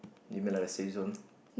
you mean like the safe zone